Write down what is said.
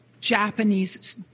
Japanese